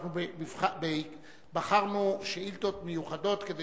אנחנו בחרנו שאילתות מיוחדות כדי